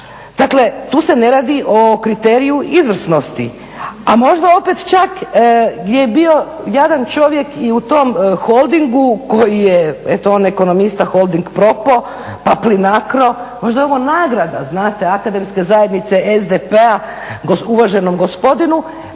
Dakle tu se ne radi o kriteriju izvrsnosti, a možda opet čak gdje je bio jadan čovjek i u tom Holdingu koji je eto on ekonomista Holding propao, pa PLINACRO. Možda je ovo nagrada znate akademske zajednice SDP-a uvaženom gospodinu